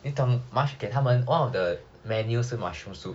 你懂 mush~ 给他们 one of the menus 是 mushroom soup